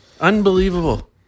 Unbelievable